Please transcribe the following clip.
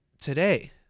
today